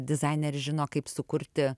dizaineris žino kaip sukurti